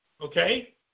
Okay